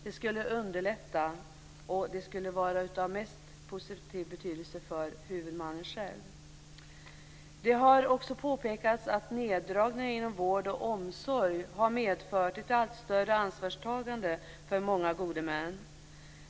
Det skulle underlätta, och det skulle vara av störst positiv betydelse för huvudmannen själv. Det har också påpekats att neddragningar inom vård och omsorg har medfört ett allt större ansvarstagande för många gode män.